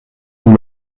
nous